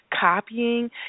copying